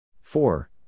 Four